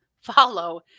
follow